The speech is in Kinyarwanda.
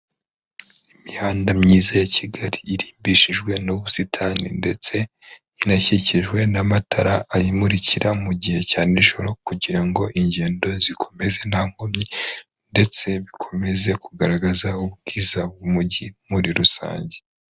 Imihanda myiza ya kigali; irimbishijwe n'ubusitani ndetse inashyikijwe n'amatara ayimurikira mu gihe cya n'ijoro, kugira ngo ingendo zikomeze nta nkomyi ndetse bikomeze kugaragaza ubwiza bw'umujyi muri rusange.